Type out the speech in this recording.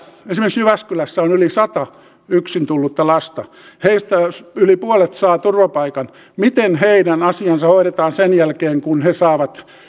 esimerkiksi jyväskylässä on yli sadan yksin tullutta lasta heistä jos yli puolet saa turvapaikan miten heidän asiansa hoidetaan sen jälkeen kun he saavat